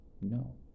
no